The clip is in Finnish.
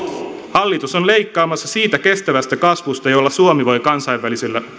hallitus on leikkaamassa siitä kestävästä kasvusta jolla suomi voi kansainvälisessä